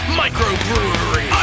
microbrewery